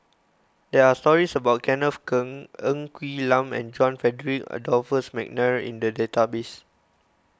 there are stories about Kenneth Keng Ng Quee Lam and John Frederick Adolphus McNair in the database